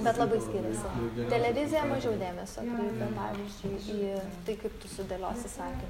bet labai skiriasi televizija mažiau dėmsio kreipia pavyzdžiui į tai kaip tu sudėliosi sakinį